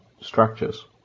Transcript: structures